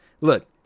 Look